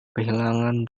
kehilangan